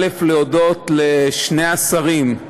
להודות לשני שרים,